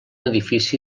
edifici